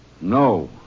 No